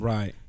Right